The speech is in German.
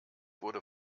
wurde